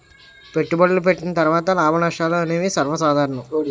పెట్టుబడులు పెట్టిన తర్వాత లాభనష్టాలు అనేవి సర్వసాధారణం